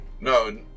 No